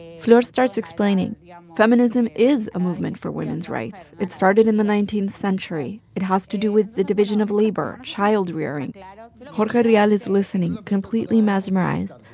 flor starts explaining. yeah um feminism is a movement for women's rights. it started in the nineteenth century. it has to do with the division of labor, child-rearing. yeah and you know jorge rial is listening, completely mesmerized,